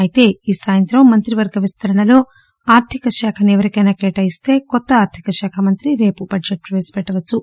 అయితే ఈ సాయంత్రం మంత్రివర్గ విస్తరణలో ఆర్గిక శాఖను ఎవరికైన కేటాయిస్తే కొత్త ఆర్థిక శాఖ మంత్రి రేపు బడ్జెట్ ను ప్రవేశపెట్టవచ్చు